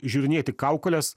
žiūrinėti kaukoles